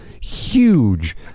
huge